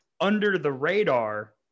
under-the-radar